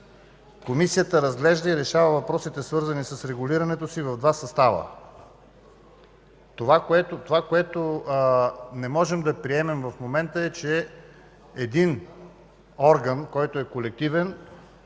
„Комисията разглежда и решава въпросите, свързани с регулирането си, в два състава”. Това, което не можем да приемем в момента, е, че един колективен